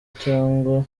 cyangwa